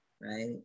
right